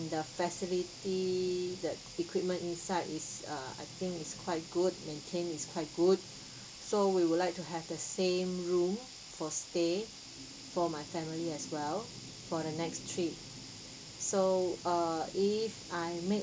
the facility the equipment inside is uh I think is quite good maintain is quite good so we would like to have the same room for stay for my family as well for the next trip so err if I make